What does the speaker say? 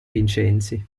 vincenzi